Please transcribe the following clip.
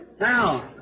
Now